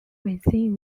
within